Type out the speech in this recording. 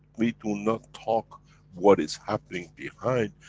we do not talk what is happening behind,